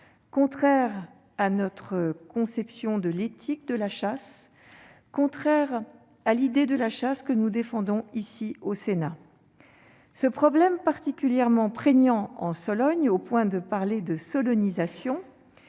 seulement à notre conception de l'éthique de la chasse, mais à l'idée de la chasse que nous défendons, ici, au Sénat. Ce problème, particulièrement prégnant en Sologne, au point que l'on en vient à parler de « solognisation »,